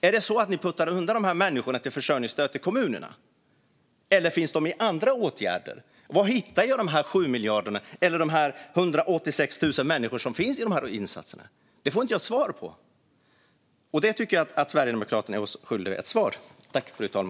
Är det så att ni puttar undan de människorna till försörjningsstöd från kommunerna, eller finns de i andra åtgärder? Var hittar jag de 7 miljarderna eller de 186 000 människorna som finns i insatserna? Det får jag inte ett svar på. Jag tycker att Sverigedemokraterna är skyldiga oss ett svar.